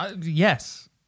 Yes